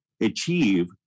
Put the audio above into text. achieve